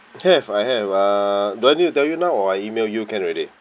have I have uh do I need to tell you now or I E-mail you can already